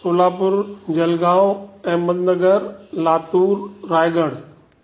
Solapur Jalgaon Ahmednagar Latur Raigad